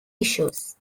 issues